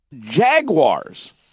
Jaguars